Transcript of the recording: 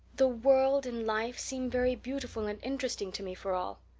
the world and life seem very beautiful and interesting to me for all.